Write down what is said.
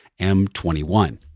m21